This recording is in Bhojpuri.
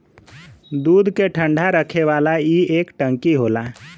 दूध के ठंडा रखे वाला ई एक टंकी होला